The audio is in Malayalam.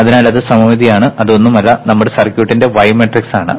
അതിനാൽ അത് സമമിതിയാണ് അത് ഒന്നുമല്ല നമ്മുടെ സർക്യൂട്ടിന്റെ y മാട്രിക്സ് ആണ്